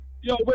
yo